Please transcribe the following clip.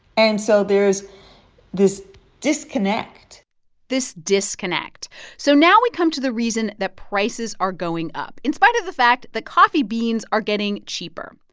and so there's this disconnect this disconnect so now we come to the reason that prices are going up in spite of the fact that coffee beans are getting cheaper.